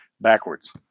backwards